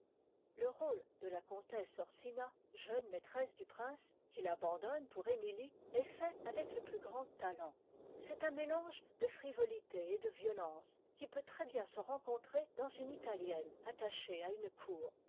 le rôle de la comtesse orsina jeune maîtresse du prince qu'il abandonne pour ëmitie est fait avec le plus grand talent c'est un mélange de frivolité et de violence qui peut très-bien se rencontrer dans une italienne attachée à une cour